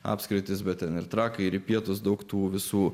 apskritis bet ten ir trakai ir pietūs daug tų visų